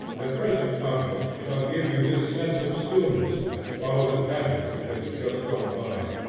the present object shall give you this sense of stillness that follows a pageant which has just gone by.